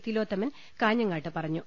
തിലോത്തമൻ കാഞ്ഞങ്ങാട്ട് പറഞ്ഞു